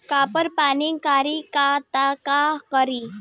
Copper पान करी त का करी?